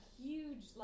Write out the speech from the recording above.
huge